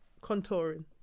Contouring